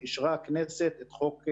אישרה הכנסת את החוק,